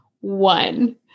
One